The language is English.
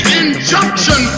injunction